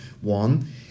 one